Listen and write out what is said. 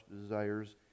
desires